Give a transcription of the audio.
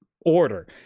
order